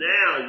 Now